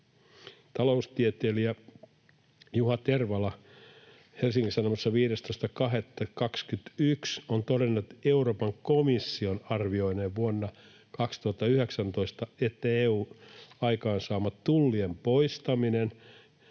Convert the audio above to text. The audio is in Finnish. Taloustieteilijä Juha Tervala on Helsingin Sanomissa 15.2.21 todennut Euroopan komission arvioineen vuonna 2019, että EU:n aikaansaaman tullien poistamisen